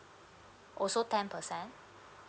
also ten percent